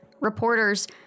Reporters